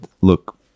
look